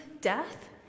death